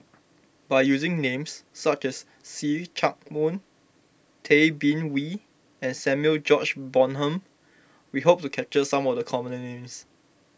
by using names such as See Chak Mun Tay Bin Wee and Samuel George Bonham we hope to capture some of the common names